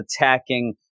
attacking